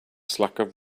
slacker